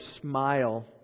smile